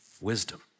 wisdom